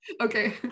okay